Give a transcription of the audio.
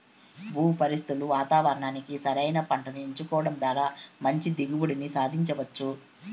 భూ పరిస్థితులు వాతావరణానికి సరైన పంటను ఎంచుకోవడం ద్వారా మంచి దిగుబడిని సాధించవచ్చు